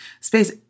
space